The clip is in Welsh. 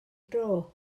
dro